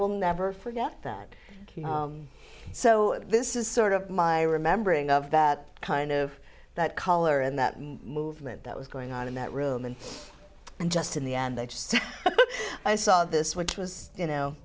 will never forget that so this is sort of my remembering of that kind of that color and that movement that was going on in that room and just in the end i just i saw this which was you know